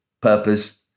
purpose